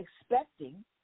expecting